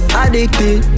addicted